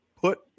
put